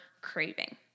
craving